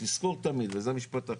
ותזכור תמיד, וזה המשפט האחרון.